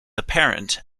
apparent